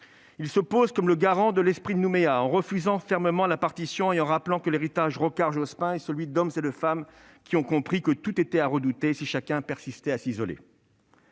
Il se pose en garant de l'esprit de Nouméa, en refusant fermement la partition et en rappelant que l'héritage Rocard-Jospin est celui d'hommes et de femmes qui ont compris que tout était à redouter si chacun persistait à s'isoler.